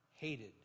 Hated